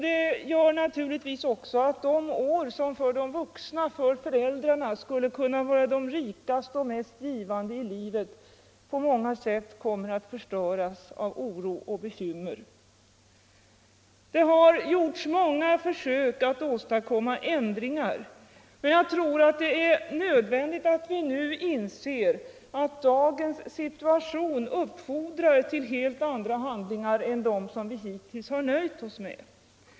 Detta gör naturligtvis också att de år som för de vuxna, för föräldrarna, skulle kunna vara de rikaste och mest givande i livet på många sätt kommer att förstöras av oro och bekymmer. Det har gjorts många försök att åstadkomma förbättringar, men jag tror det är nödvändigt att vi nu inser att dagens situation uppfordrar till helt andra handlingar än de som vi hittills har nöjt oss med.